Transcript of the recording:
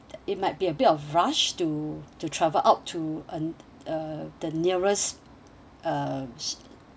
it might be a bit of rush to to travel out to uh uh the nearest uh